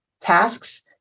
tasks